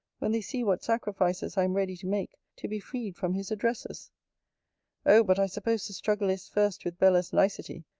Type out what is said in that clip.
when they see what sacrifices i am ready to make, to be freed from his addresses oh! but i suppose the struggle is, first, with bella's nicety,